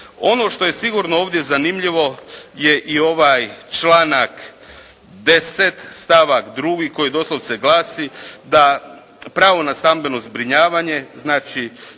Ono što je sigurno ovdje zanimljivo je i ovaj članak 10. stavak 2. koji doslovce glasi, da pravo na stambeno zbrinjavanje, znači